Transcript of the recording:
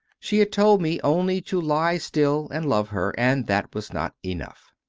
she had told me only to lie still and love her, and that was not enough.